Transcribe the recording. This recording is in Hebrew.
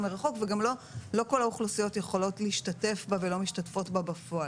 מרחוק וגם לא כל האוכלוסיות יכולות להשתתף בה ולא משתתפות בה בפועל.